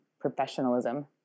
professionalism